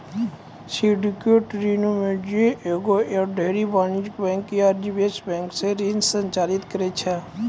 syndicated ऋणो मे जे एगो या ढेरी वाणिज्यिक बैंक या निवेश बैंको से ऋण संचालित करै छै